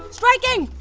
striking!